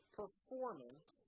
performance